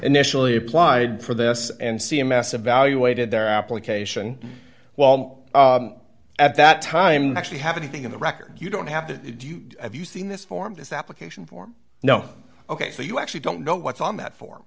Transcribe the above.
initially applied for this and see a massive valuated their application well at that time actually have anything in the record you don't have to have you seen this form this application form no ok so you actually don't know what's on that for